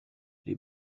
les